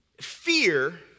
fear